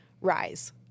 rise